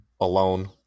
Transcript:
alone